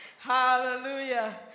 Hallelujah